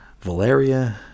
Valeria